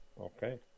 Okay